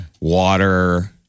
Water